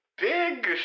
Big